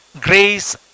Grace